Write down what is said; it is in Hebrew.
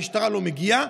המשטרה לא מגיעה,